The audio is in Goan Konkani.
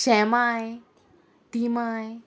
शेमाय तीमाय